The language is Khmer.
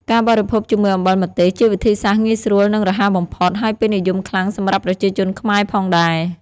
ការបរិភោគជាមួយអំបិលម្ទេស ជាវិធីសាស្ត្រងាយស្រួលនិងរហ័សបំផុត ហើយពេញនិយមខ្លាំងសម្រាប់ប្រជាជនខ្មែរផងដែរ។